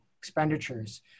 expenditures